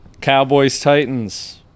Cowboys-Titans